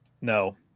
No